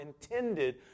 intended